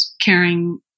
caring